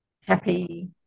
happy